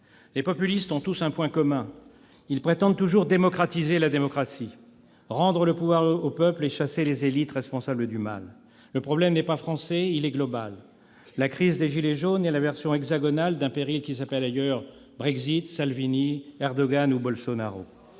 Les populistes ont tous un point commun : ils prétendent toujours démocratiser la démocratie, rendre le pouvoir au peuple et chasser les élites responsables du mal. Le problème n'est pas français ; il est global. La crise des « gilets jaunes » est la version hexagonale d'un péril qui s'appelle ailleurs Brexit, Salvini, Erdogan ou Bolsonaro.